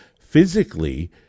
physically